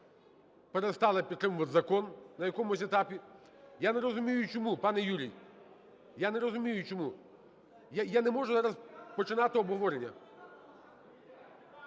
перестала підтримувати закон на якомусь етапі. Я не розумію, чому, пане Юрій. Я не розумію чому. Я не можу зараз починати обговорення.